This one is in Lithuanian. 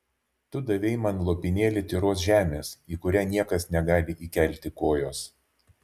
tu davei man lopinėlį tyros žemės į kurią niekas negali įkelti kojos